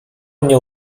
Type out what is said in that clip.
mnie